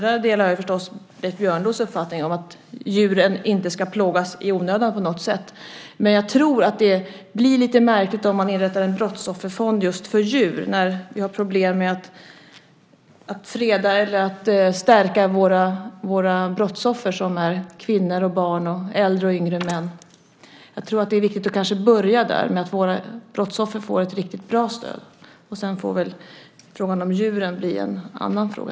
Där delar jag förstås Leif Björnlods uppfattning att djuren inte ska plågas i onödan på något sätt. Men jag tror att det blir lite märkligt om man inrättar en brottsofferfond just för djur när vi har problem med att stärka våra brottsoffer, kvinnor och barn samt äldre och yngre män. Jag tror att det kanske är viktigt att börja där, så att våra brottsoffer får ett riktigt bra stöd. Sedan får väl djuren bli en annan fråga.